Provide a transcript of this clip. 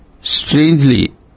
strangely